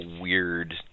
weird